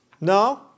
no